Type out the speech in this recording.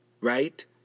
right